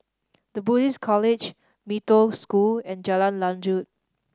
The Buddhist College Mee Toh School and Jalan Lanjut